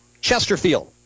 Chesterfield